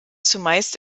zumeist